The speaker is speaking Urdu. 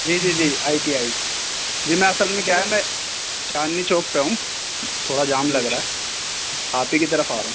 جی جی جی آئی ٹی آئی جی میں اصل میں کیا ہے میں چاندنی چوک پہ ہوں تھوڑا جام لگ رہا ہے آپ ہی کی طرف آ رہا ہوں